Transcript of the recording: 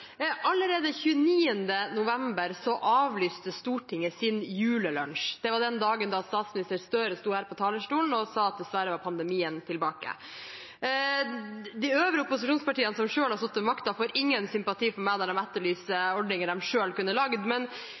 Allerede 29. november avlyste Stortinget sin julelunsj. Det var den dagen da statsminister Støre stod her på talerstolen og sa at pandemien dessverre var tilbake. De øvrige opposisjonspartiene som selv har sittet med makten, får ingen sympati fra meg når de etterlyser ordninger de selv kunne lagd,